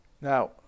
Now